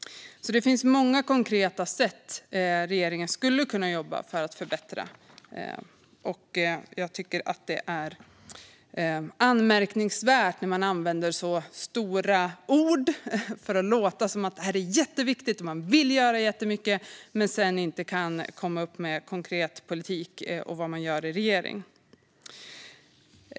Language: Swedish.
Det finns många konkreta sätt regeringen skulle kunna arbeta på för att förbättra, och det är anmärkningsvärt när man använder så stora ord för att låta som att det är jätteviktigt, att man vill göra jättemycket, men sedan inte kan komma fram med konkret politik och vad man gör i regering.